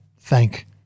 thank